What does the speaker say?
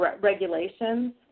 regulations